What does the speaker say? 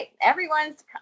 everyone's